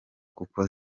kuko